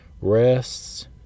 rests